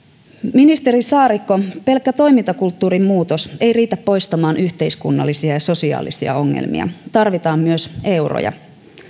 ministeri saarikko pelkkä toimintakulttuurin muutos ei riitä poistamaan yhteiskunnallisia ja sosiaalisia ongelmia tarvitaan myös euroja